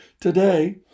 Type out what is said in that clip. today